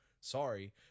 sorry